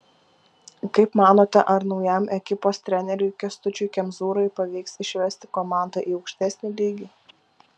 kaip manote ar naujam ekipos treneriui kęstučiui kemzūrai pavyks išvesti komandą į aukštesnį lygį